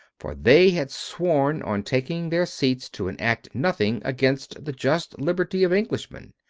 for they had sworn on taking their seats to enact nothing against the just liberty of englishmen.